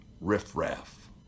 riffraff